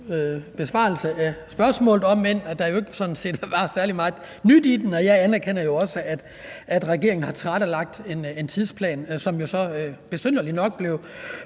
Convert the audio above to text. besvarelse af spørgsmålet, om end der sådan set ikke var særlig meget nyt i det. Og jeg anerkender også, at regeringen har lagt en tidsplan, som der jo så besynderligt nok